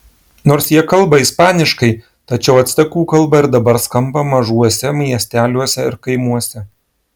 nors jie kalba ispaniškai tačiau actekų kalba ir dabar skamba mažuose miesteliuose ir kaimuose